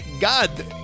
God